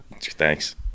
Thanks